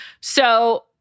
So-